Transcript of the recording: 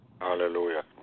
Hallelujah